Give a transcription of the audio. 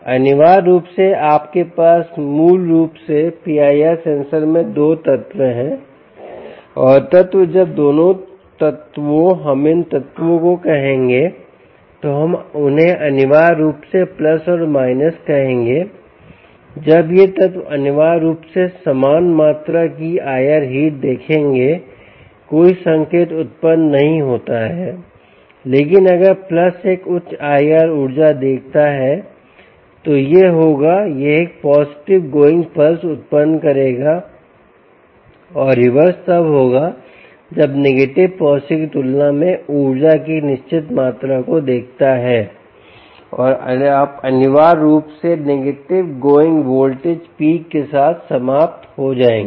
अनिवार्य रूप से आपके पास मूल रूप से PIR सेंसर में 2 तत्व है और तत्व जब दोनों तत्वों हम इन तत्वों को कहेंगे तो हम उन्हें अनिवार्य रूप से प्लस और माइनस कहेंगे जब यह तत्व अनिवार्य रूप से समान मात्रा की IR हीट देखेंगे कोई संकेत उत्पन्न नहीं होता है लेकिन अगर प्लस एक उच्च IR ऊर्जा देखता है तो यह होगा यह एक पॉजिटिव गोइंग पल्स उत्पन्न करेगा और रिवर्स तब होगा जब नेगेटिव पॉजिटिव की तुलना में ऊर्जा की एक निश्चित मात्रा को देखता है और आप अनिवार्य रूप से नेगेटिव गोइंग वोल्टेज पीक के साथ समाप्त हो जाएंगे